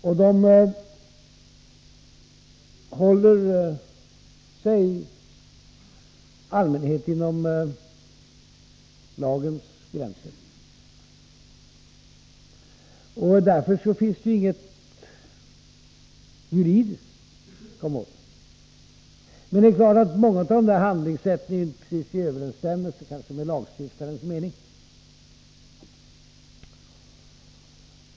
Och de håller sig i allmänhet inom lagens gränser. Då finns det ju inget att komma åt juridiskt. Men många av dessa handlingssätt är kanske inte precis i överensstämmelse med lagstiftarens mening.